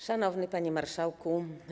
Szanowny Panie Marszałku!